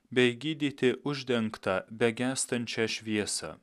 bei gydyti uždengtą begęstančią šviesą